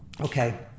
Okay